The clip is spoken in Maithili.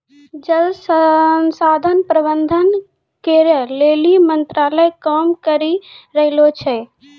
जल संसाधन प्रबंधन करै लेली मंत्रालय काम करी रहलो छै